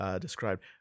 described